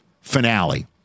finale